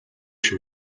шүү